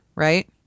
Right